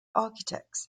architects